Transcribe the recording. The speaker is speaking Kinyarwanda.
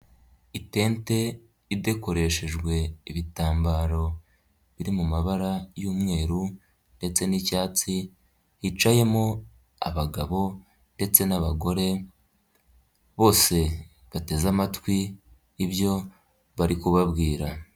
Itente idakoreshejwe ibitambaro biri mu mabara y'umweru ndetse n'icyatsi, hicayemo abagabo ndetse n'abagore bose bateze amatwi ibyo bari kubabwira.